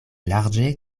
larĝe